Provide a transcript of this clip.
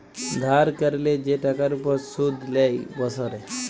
ধার ক্যরলে যে টাকার উপর শুধ লেই বসরে